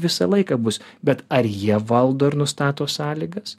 visą laiką bus bet ar jie valdo ir nustato sąlygas